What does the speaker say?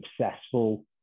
successful